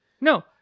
No